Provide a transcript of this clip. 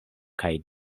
kaj